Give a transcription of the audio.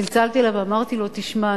צלצלתי אליו ואמרתי לו: תשמע,